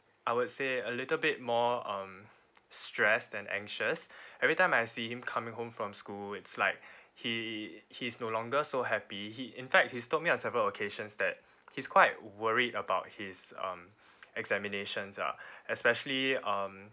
I would say a little bit more um stress and anxious every time I see him coming home from school it's like he he is no longer so happy he in fact he's told me uh several occasions that he's quite worried about his um examinations lah especially um